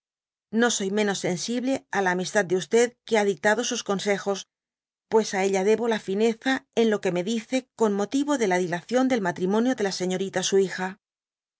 no soy ménos sensible á la amistad de que ha dictado sus consejos y pues á ella debo la fineza en lo que me dice con motivo de la dilación del matrimonio de la señorita su bija